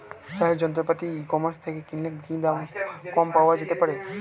চাষের যন্ত্রপাতি e commerce থেকে কিনলে কি দাম কম পাওয়া যেতে পারে?